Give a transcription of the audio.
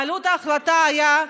עלות ההחלטה הייתה,